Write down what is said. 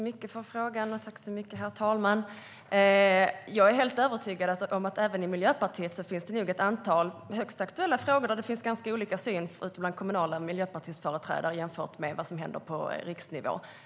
Herr talman! Tack så mycket för frågan! Jag är helt övertygad om att det även i Miljöpartiet finns ett antal högst aktuella frågor där det finns ganska olika syn ute bland kommunala miljöpartiföreträdare jämfört med på riksnivå.